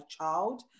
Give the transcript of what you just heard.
child